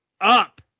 up